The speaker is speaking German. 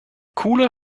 cooler